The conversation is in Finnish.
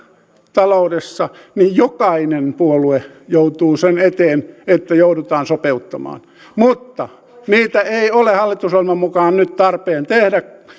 taloudessa niin jokainen puolue joutuu sen eteen että joudutaan sopeuttamaan mutta niitä ei ole hallitusohjelman mukaan nyt tarpeen tehdä